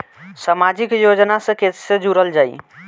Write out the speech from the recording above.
समाजिक योजना से कैसे जुड़ल जाइ?